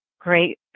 great